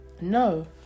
No